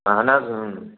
اہن حظ اۭں